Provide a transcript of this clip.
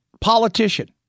politician